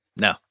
No